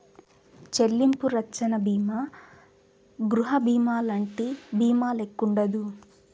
చెల్లింపు రచ్చన బీమా గృహబీమాలంటి బీమాల్లెక్కుండదు